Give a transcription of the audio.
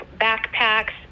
backpacks